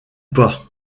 pas